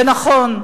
ונכון,